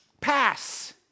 pass